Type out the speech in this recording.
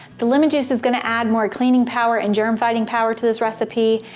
the lemon juice is going to add more cleaning power and germ fighting power to this recipe.